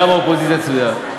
גם האופוזיציה תצביע,